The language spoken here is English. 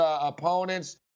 opponents